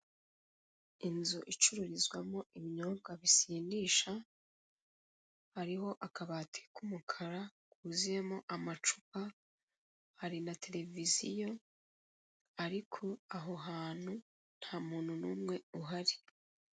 Inzu icururizwamo ibinyobwa bisindisha, hariho akabati k'umukara kuzuyemo amacupa, hari na televiziyo ariko aho hantu nta muntu n'umwe uhari.